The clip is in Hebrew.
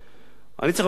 אדוני היושב-ראש,